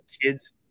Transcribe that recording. kids